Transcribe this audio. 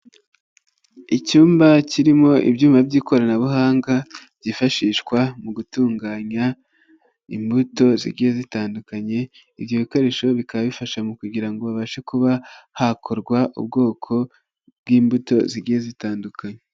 Icyumba kirimo ibyuma by'ikoranabuhanga byifashishwa mu gutunganya imbuto zigiye zitandukanye, ibyo bikoresho bikaba bifasha mu kugira ngo babashe kuba hakorwa ubwoko bw'imbuto zigiye zitandukanye.